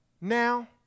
now